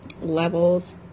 levels